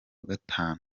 gatanu